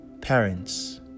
Parents